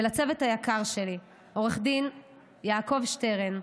ולצוות היקר שלי: עו"ד יעקב שטרן,